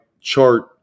chart